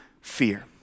fear